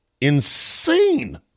insane